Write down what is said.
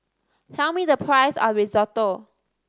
tell me the price of Risotto